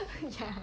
ya